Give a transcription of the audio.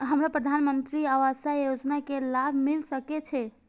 हमरा प्रधानमंत्री आवास योजना के लाभ मिल सके छे?